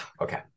Okay